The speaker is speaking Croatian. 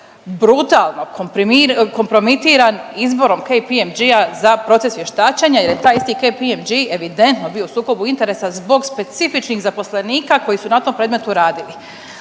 brutalno kompromitiran izborom KPMG za proces vještačenja jer je taj isti KPMG evidentno bio u sukobu interesa zbog specifičnih zaposlenika koji su na tom predmetu radili.